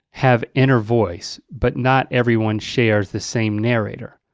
have inner voice but not everyone shares the same narrator.